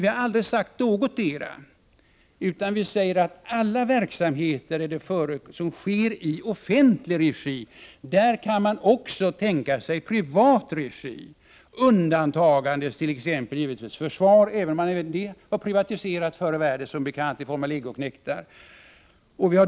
Vi har aldrig sagt någotdera. Vi säger att alla verksamheter som sker i offentlig regi kan tänkas förekomma i privat regi, givetvis med undantag av t.ex. försvar — även om det som bekant också var privatiserat förr i världen i form av legoknektar.